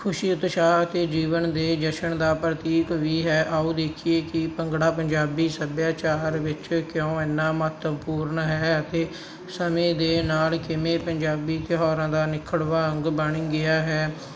ਖੁਸ਼ੀ ਉਤਸ਼ਾਹ ਅਤੇ ਜੀਵਨ ਦੇ ਜਸ਼ਨ ਦਾ ਪ੍ਰਤੀਕ ਵੀ ਹੈ ਆਓ ਦੇਖੀਏ ਕਿ ਭੰਗੜਾ ਪੰਜਾਬੀ ਸੱਭਿਆਚਾਰ ਵਿੱਚ ਕਿਉਂ ਇੰਨਾ ਮਹੱਤਵਪੂਰਨ ਹੈ ਅਤੇ ਸਮੇਂ ਦੇ ਨਾਲ ਕਿਵੇਂ ਪੰਜਾਬੀ ਤਿਉਹਾਰਾਂ ਦਾ ਅਨਿੱਖੜਵਾਂ ਅੰਗ ਬਣ ਗਿਆ ਹੈ